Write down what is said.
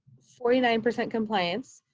forty nine percent compliance,